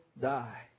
die